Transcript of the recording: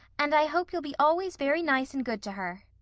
and i hope you'll be always very nice and good to her.